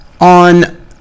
on